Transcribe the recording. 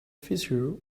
fissure